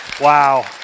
Wow